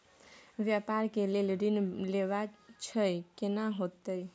व्यापार के लेल ऋण लेबा छै केना होतै?